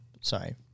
Sorry